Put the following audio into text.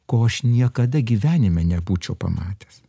ko aš niekada gyvenime nebūčiau pamatęs